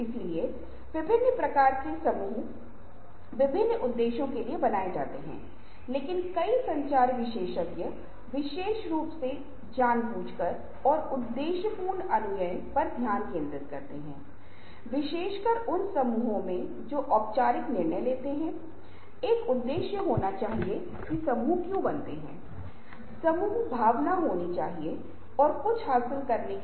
इसी तरह समय के पॉलीक्रॉनिक और मोनोक्रॉनिक उपयोग हैं कुछ लोग ऐसे हैं जो समय का उपयोग कई कार्यों में कर सकते हैं जिन्हें वे पॉलीक्रॉनिक व्यक्ति कहते हैं